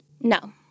No